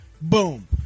boom